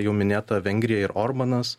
jau minėta vengrija ir orbanas